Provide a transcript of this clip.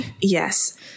Yes